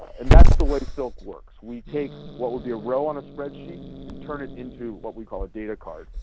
and that's the way silk works. we take what would be a row on a spreadsheet and turn it into what we would call a data card.